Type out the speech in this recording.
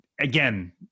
again